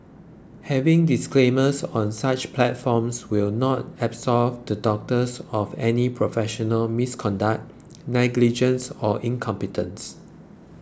having disclaimers on such platforms will not absolve the doctors of any professional misconduct negligence or incompetence